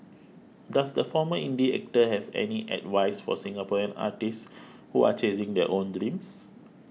does the former indie actor have any advice for Singaporean artists who are chasing their own dreams